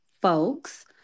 Folks